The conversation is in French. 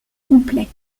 complet